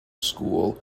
school